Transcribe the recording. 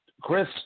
Chris